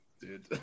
Dude